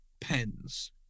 pens